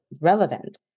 relevant